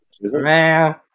man